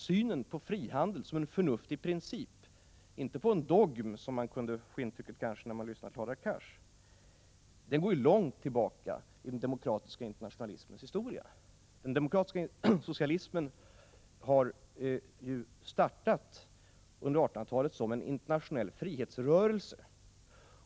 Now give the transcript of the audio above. Synen på frihandeln som en förnuftig princip — inte som en dogm, som man kanske kom att tänka på när man lyssnade på Hadar Cars — går ju långt tillbaka i den demokratiska internationalismens historia. Den demokratiska socialismen startade ju under 1800-talet som en internationell frihetsrörelse.